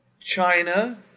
China